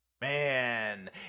Man